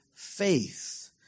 Faith